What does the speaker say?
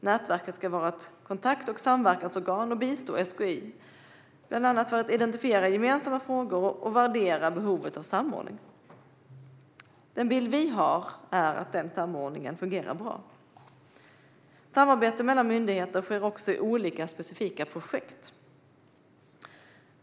Nätverket ska vara ett kontakt och samverkansorgan och bistå SGI genom att bland annat identifiera gemensamma frågor och värdera behovet av samordning. Den bild vi har är att denna samordning fungerar bra. Samarbete mellan myndigheterna sker också i olika specifika projekt.